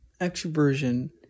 extroversion